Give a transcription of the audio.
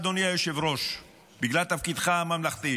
אדוני היושב-ראש, בגלל תפקידך הממלכתי,